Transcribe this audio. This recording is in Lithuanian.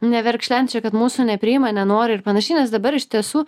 neverkšlent čia kad mūsų nepriima nenori ir panašiai nes dabar iš tiesų